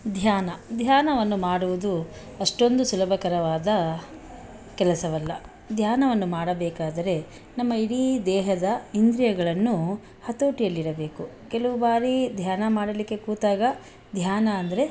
ಧ್ಯಾನ ಧ್ಯಾನವನ್ನು ಮಾಡುವುದು ಅಷ್ಟೊಂದು ಸುಲಭಕರವಾದ ಕೆಲಸವಲ್ಲ ಧ್ಯಾನವನ್ನು ಮಾಡಬೇಕಾದರೆ ನಮ್ಮ ಇಡೀ ದೇಹದ ಇಂದ್ರಿಯಗಳನ್ನು ಹತೋಟಿಯಲ್ಲಿಡಬೇಕು ಕೆಲವು ಬಾರಿ ಧ್ಯಾನ ಮಾಡಲಿಕ್ಕೆ ಕೂತಾಗ ಧ್ಯಾನ ಅಂದರೆ